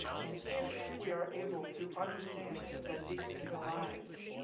and if we are able to understand that these things are lies,